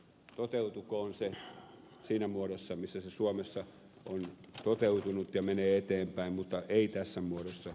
toteutukoon se siinä muodossa missä se suomessa on toteutunut ja menee eteenpäin mutta ei tässä muodossa